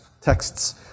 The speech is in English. texts